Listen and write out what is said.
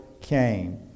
came